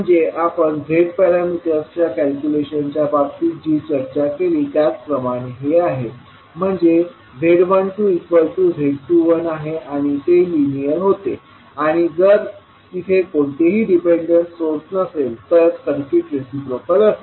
म्हणजे आपण Z पॅरामीटर्सच्या कॅल्क्युलेशनच्या बाबतीत जी चर्चा केली त्याप्रमाणेच हे आहे म्हणजे z12z21आहे आणि ते लिनियर होते आणि जर तिथे कोणताही डिपेंडंट सोर्स नसेल तर सर्किट रेसिप्रोकल असते